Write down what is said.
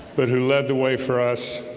but who led the way for us